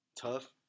Tough